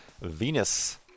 Venus